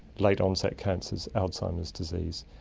late onset cancers, alzheimer's disease,